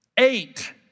eight